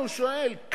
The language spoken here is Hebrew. כחלון, הוא שואל?